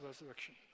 resurrection